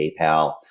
PayPal